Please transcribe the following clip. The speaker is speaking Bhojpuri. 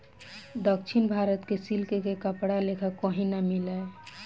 दक्षिण भारत के सिल्क के कपड़ा लेखा कही ना मिले